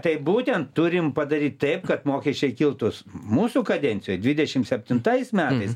tai būtent turim padaryt taip kad mokesčiai kiltų s mūsų kadencijoj dvidešim septintais metais